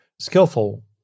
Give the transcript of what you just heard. skillful